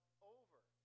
over